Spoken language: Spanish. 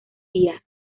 guía